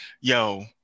yo